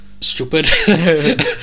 stupid